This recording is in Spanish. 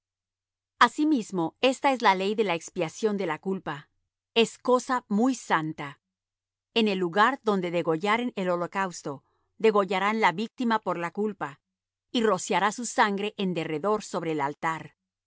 asimismo esta es la ley de la expiación de la culpa es cosa muy santa en el lugar donde degollaren el holocausto degollarán la víctima por la culpa y rociará su sangre en derredor sobre el altar